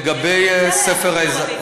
לגבי ספר האזרחות.